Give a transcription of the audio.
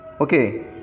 Okay